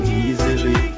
easily